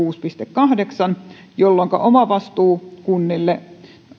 kahdeksan jolloinka omavastuu kunnille